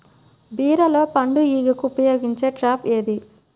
బీరలో పండు ఈగకు ఉపయోగించే ట్రాప్ ఏది?